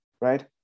right